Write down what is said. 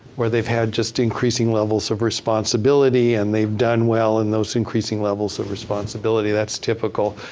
where they've had just increasing levels of responsibility and they've done well in those increasing levels of responsibility. that's typical.